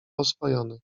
oswojony